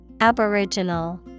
aboriginal